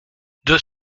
deux